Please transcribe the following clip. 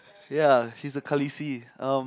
ya she's a Khaleesi um